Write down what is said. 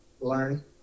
learn